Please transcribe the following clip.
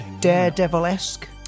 daredevil-esque